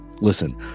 Listen